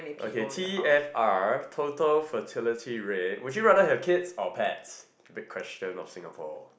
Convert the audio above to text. okay T_F_R total fertility rate would you rather have kids or pets big question of Singapore